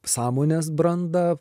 sąmonės brandą